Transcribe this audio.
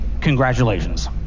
Congratulations